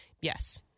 yes